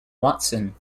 watson